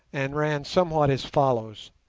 and ran somewhat as follows